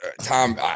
Tom